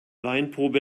weinprobe